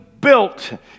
built